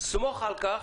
סמוך על כך